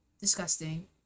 Disgusting